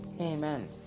Amen